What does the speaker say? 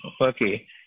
okay